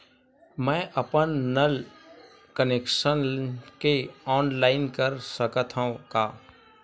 मैं अपन नल कनेक्शन के ऑनलाइन कर सकथव का?